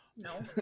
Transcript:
No